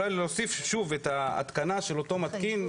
אולי להוסיף את ההתקנה של אותו מתקין,